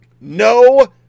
No